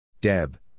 Deb